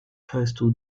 coastal